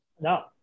no